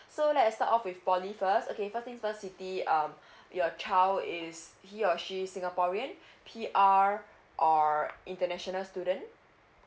so let's start off with poly first okay first thing first siti um your child is he or she singaporean P_R or international student